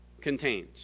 contains